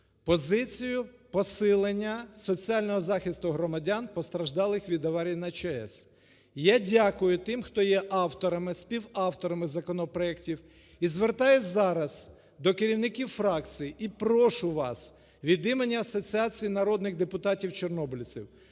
позицію посилення соціального захисту громадян, постраждалих від аварії на ЧАЕС. І я дякую тим, хто є авторами, співавторами законопроектів, і звертаюсь зараз до керівників фракцій і прошу вас від імені Асоціації народних депутатів чорнобильців